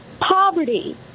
poverty